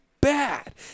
bad